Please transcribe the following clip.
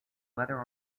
whether